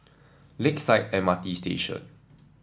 Lakeside M R T Station